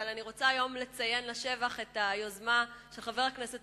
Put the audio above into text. אבל אני היום רוצה לציין לשבח את היוזמה של חבר הכנסת